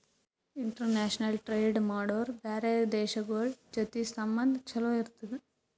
international trade ಮಾಡುರ್ ಬ್ಯಾರೆ ದೇಶಗೋಳ್ ಜೊತಿ ಸಂಬಂಧ ಛಲೋ ಇರ್ತುದ್